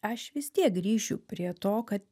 aš vis tiek grįšiu prie to ka